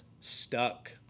stuck